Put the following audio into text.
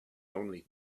only